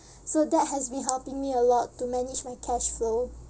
so that has been helping me a lot to manage my cash flow